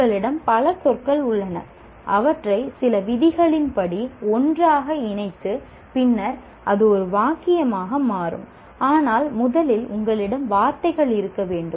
உங்களிடம் பல சொற்கள் உள்ளன அவற்றை சில விதிகளின்படி ஒன்றாக இணைத்து பின்னர் அது ஒரு வாக்கியமாக மாறும் ஆனால் முதலில் உங்களிடம் வார்த்தைகள் இருக்க வேண்டும்